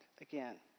again